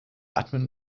batman